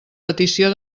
petició